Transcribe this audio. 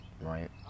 Right